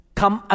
come